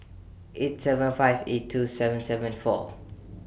eight seven five eight two seven seven four